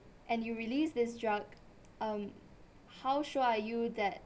and you released this drug um how sure are you that